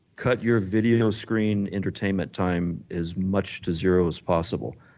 cut your video screen entertainment time as much to zero as possible.